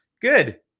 Good